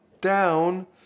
down